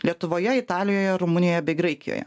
lietuvoje italijoje rumunijoje bei graikijoje